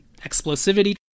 explosivity